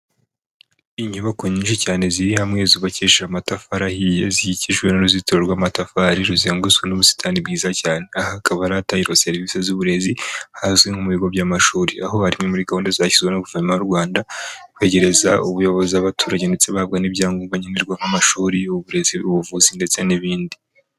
Inyubako nyinshi cyane ziri hamwe zubakisha amatafari ahiye, zikijwe n'uruzitiro rw'amatafari, ruzengurutswe n'ubusitani bwiza cyane, aha hakaba ari ahatangirwa serivisi z'uburezi hazwi nko mu bigo by'amashuri, aho bari muri gahunda zashyizweho na guverinoma y'u Rwanda, kwegereza ubuyobozi abaturage, ndetse bahabwa n'ibyangombwa nkenerwa nk'amashuri, uburezi, ubuvuzi ndetse n'ibindi.